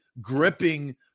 Gripping